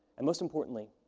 and, most importantly,